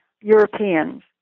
Europeans